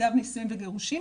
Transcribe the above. הגם נישואים וגירושים,